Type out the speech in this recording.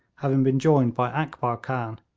having been joined by akbar khan,